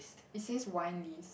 it says wine lees